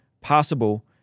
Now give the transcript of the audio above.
possible